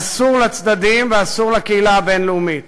אסור לצדדים ואסור לקהילה הבין-לאומית